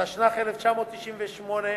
התשנ"ח 1998,